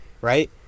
right